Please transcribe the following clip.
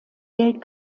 geld